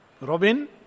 Robin